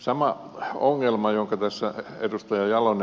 se ongelma jonka tässä edustaja on